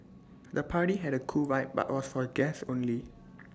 the party had A cool vibe but for guests only